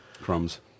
Crumbs